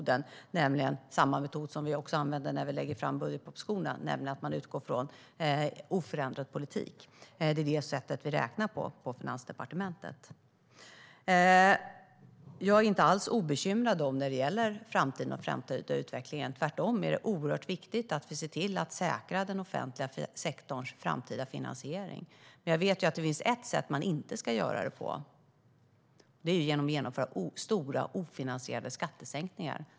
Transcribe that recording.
Det är samma metod som vi också använder när vi lägger fram budgetpropositionen, det vill säga att man utgår från oförändrad politik. Det är det sätt vi räknar på i Finansdepartementet. Jag är inte obekymrad vad gäller framtiden och den framtida utvecklingen. Det är oerhört viktigt att vi säkrar den offentliga sektorns framtida finansiering. Det finns ett sätt man inte ska göra det på, och det är att genomföra stora ofinansierade skattesänkningar.